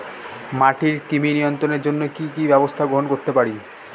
মাটির কৃমি নিয়ন্ত্রণের জন্য কি কি ব্যবস্থা গ্রহণ করতে পারি?